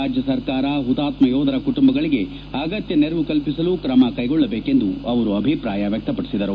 ರಾಜ್ಯ ಸರ್ಕಾರ ಹುತಾತ್ಮ ಯೋಧರ ಕುಟುಂಬಗಳಿಗೆ ಅಗತ್ಯ ನೆರವು ಕಲ್ಪಿಸಲು ಕ್ರಮ ಕೈಗೊಳ್ಳಬೇಕೆಂದು ಅವರು ಅಭಿಪ್ರಾಯ ವ್ಯಕ್ತಪಡಿಸಿದರು